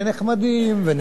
מי ששואל לדעתי,